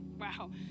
Wow